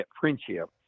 friendship